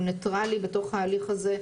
הוא ניטרלי בתוך ההליך הזה.